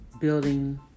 building